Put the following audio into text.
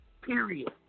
period